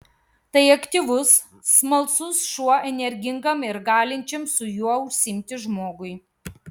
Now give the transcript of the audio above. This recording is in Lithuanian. tai aktyvus smalsus šuo energingam ir galinčiam su juo užsiimti žmogui